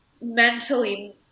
mentally